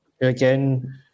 Again